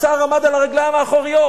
השר עמד על הרגליים האחוריות.